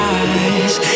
eyes